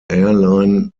airline